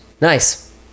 Nice